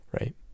right